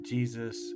Jesus